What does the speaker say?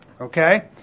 okay